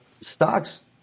Stocks